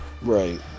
Right